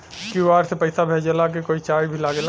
QR से पैसा भेजला के कोई चार्ज भी लागेला?